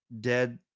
dead